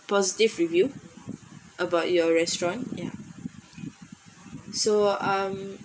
positive review about your restaurant yeah so um